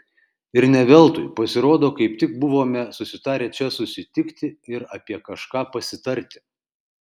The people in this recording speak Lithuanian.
ir ne veltui pasirodo kaip tik buvome susitarę čia susitikti ir apie kažką pasitarti